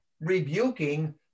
rebuking